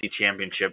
Championship